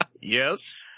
Yes